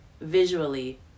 visually